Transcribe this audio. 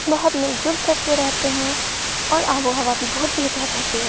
بہت مل جل کر کے رہتے ہیں اور آب و ہوا بھی بہت بہتر رہتی ہے